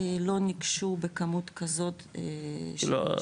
לא ביקשו בכמות כזאת ש- -- לא,